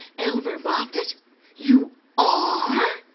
elmer moffatt you are?